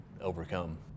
overcome